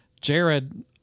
Jared